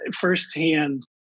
firsthand